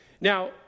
Now